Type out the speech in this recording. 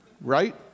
right